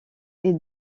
est